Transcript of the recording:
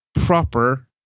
proper